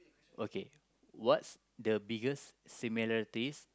okay what's the biggest similarities